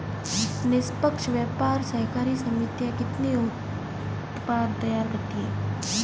निष्पक्ष व्यापार सहकारी समितियां कितने उत्पाद तैयार करती हैं?